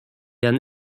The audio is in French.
ann